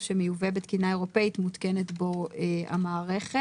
שמיובא בתקינה אירופאית מותקנת בו המערכת.